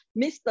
Mr